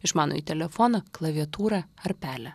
išmanųjį telefoną klaviatūrą ar pelę